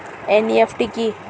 NEFT কি?